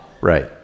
Right